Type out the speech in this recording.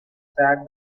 sat